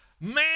Man